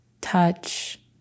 touch